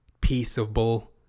peaceable